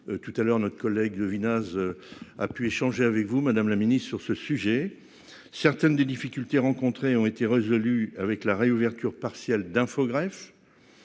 Tout à l'heure notre collègue Vina. A pu échanger avec vous Madame la Ministre sur ce sujet. Certaines des difficultés rencontrées ont été résolues avec la réouverture partielle d'info.